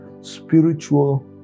spiritual